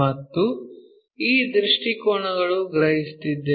ಮತ್ತು ಈ ದೃಷ್ಟಿಕೋನಗಳು ಗ್ರಹಿಸುತ್ತಿದ್ದೇವೆ